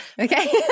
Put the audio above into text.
Okay